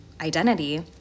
identity